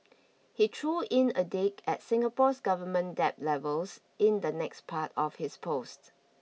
he threw in a dig at Singapore's government debt levels in the next part of his post